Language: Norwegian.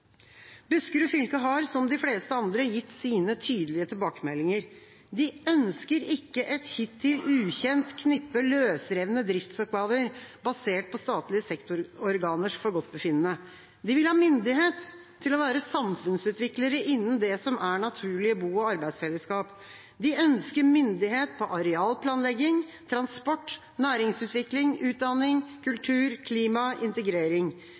Buskerud fylke har, som de fleste andre, gitt sine tydelige tilbakemeldinger. De ønsker ikke et hittil ukjent knippe løsrevne driftsoppgaver, basert på statlige sektororganers forgodtbefinnende. De vil ha myndighet til å være samfunnsutviklere innen det som er naturlige bo- og arbeidsfellesskap. De ønsker myndighet på arealplanlegging, transport, næringsutvikling, utdanning, kultur, klima og integrering.